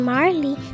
Marley